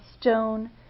stone